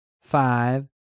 five